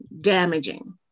damaging